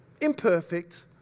imperfect